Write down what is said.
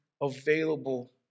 available